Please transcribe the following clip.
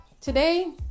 today